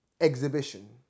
exhibition